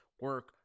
Work